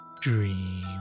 dream